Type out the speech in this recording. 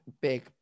big